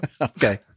Okay